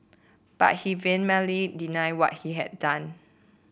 but he vehemently denied what he had done